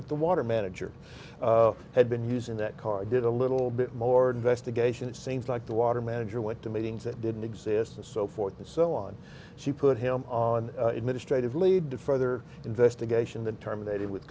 that the water manager had been using that car did a little bit more investigation it seems like the water manager went to meetings that didn't exist and so forth and so on she put him on administrative lead to further investigation that terminated with